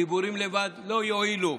דיבורים לבד לא יועילו,